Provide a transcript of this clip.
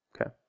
okay